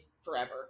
forever